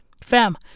Fam